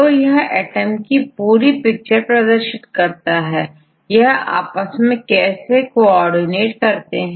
तो यह एटम की पूरी पिक्चर प्रदर्शित करता है कि यह आपस में कैसे कोऑर्डिनेट करते हैं